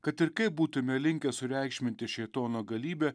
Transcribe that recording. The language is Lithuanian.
kad ir kaip būtume linkę sureikšminti šėtono galybę